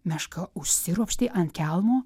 meška užsiropštė ant kelmo